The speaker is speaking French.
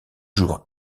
jours